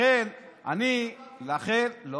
לכן, אני, מי תפר לו תיקים?